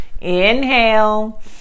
Inhale